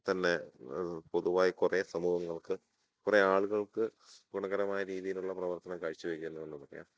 തന്നെ പൊതുവായി കുറേ സമൂഹങ്ങൾക്ക് കുറേ ആളുകൾക്ക് ഗുണകരമായ രീതിയിലുള്ള പ്രവർത്തനം കാഴ്ച വയ്ക്കുന്നു എന്നു പറയാം